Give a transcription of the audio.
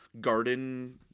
garden